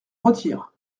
retire